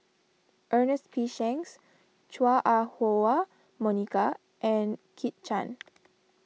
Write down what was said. Ernest P Shanks Chua Ah Huwa Monica and Kit Chan